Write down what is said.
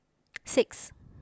six